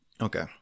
Okay